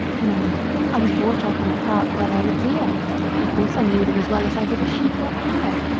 now i was brought up in a park where there were deer of course i knew them as well as i did a sheep or a cow,